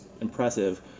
impressive